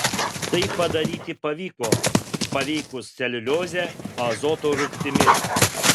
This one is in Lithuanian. tai padaryti pavyko paveikus celiuliozę azoto rūgštimi